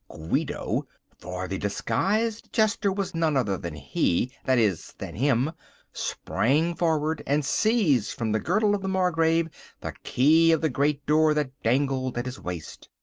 guido for the disguised jester was none other than he, that is, than him sprang forward and seized from the girdle of the margrave the key of the great door that dangled at his waist.